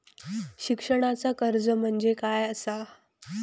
शिक्षणाचा कर्ज म्हणजे काय असा?